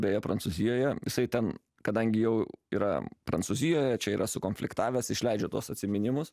beje prancūzijoje jisai ten kadangi jau yra prancūzijoje čia yra sukonfliktavęs išleidžia tuos atsiminimus